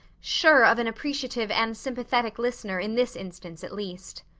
sure of an appreciative and sympathetic listener in this instance at least.